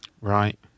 Right